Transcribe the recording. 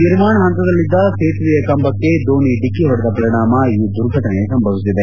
ನಿರ್ಮಾಣ ಹಂತದಲ್ಲಿದ್ದ ಸೇತುವೆಯ ಕಂಬಕ್ಕೆ ದೋಣಿ ಡಿಕ್ಕಿಹೊಡೆದ ಪರಿಣಾಮ ಈ ದುರ್ಘಟನೆ ಸಂಭವಿಸಿದೆ